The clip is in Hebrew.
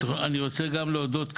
אני רוצה גם להודות,